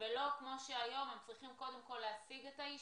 ולא כמו שהיום שהם צריכים קודם כול להשיג את האישור,